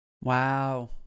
Wow